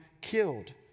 killed